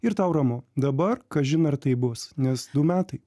ir tau ramu dabar kažin ar tai bus nes du metai